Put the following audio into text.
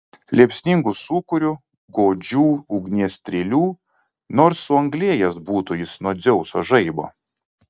liepsningu sūkuriu godžių ugnies strėlių nors suanglėjęs būtų jis nuo dzeuso žaibo